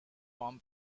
warm